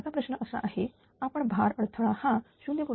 आता प्रश्न असा आहे आपण भार अडथळा हा 0